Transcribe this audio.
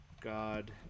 God